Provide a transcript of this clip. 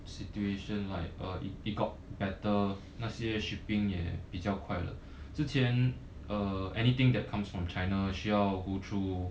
situation like uh it it got better 那些 shipping 也比较快了之前 uh anything that comes from china 需要 go through